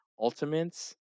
ultimates